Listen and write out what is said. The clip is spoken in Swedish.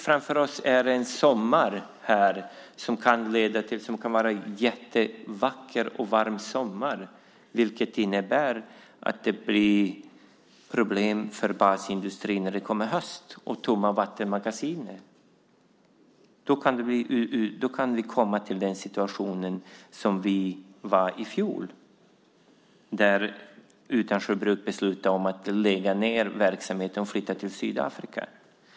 Framför oss har vi en sommar som kan bli vacker och varm, vilket innebär att det blir problem för basindustrin när hösten kommer och vattenmagasinen är tomma. Då kan vi hamna i en situation som i fjol, när Utansjö bruk beslutade att lägga ned verksamheten och flytta till Sydafrika.